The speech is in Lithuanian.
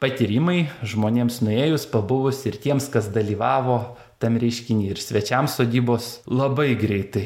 patyrimai žmonėms nuėjus pabuvus ir tiems kas dalyvavo tam reiškiny ir svečiam sodybos labai greitai